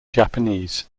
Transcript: japanese